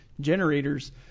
generators